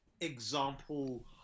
example